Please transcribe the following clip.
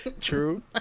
True